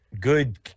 good